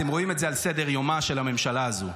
אתם רואים את זה על סדר-יומה של הממשלה הזו.